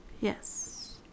Yes